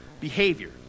behavior